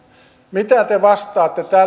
mitä te vastaatte